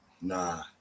Nah